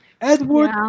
Edward